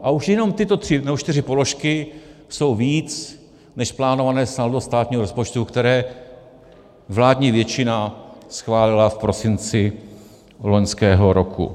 A už jenom tyto tři nebo čtyři položky jsou víc než plánované saldo státního rozpočtu, které vládní většina schválila v prosinci loňského roku.